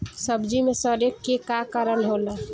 सब्जी में सड़े के का कारण होला?